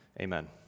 Amen